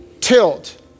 tilt